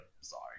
sorry